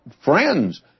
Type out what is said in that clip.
friends